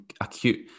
acute